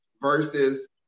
versus